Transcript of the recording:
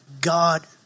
God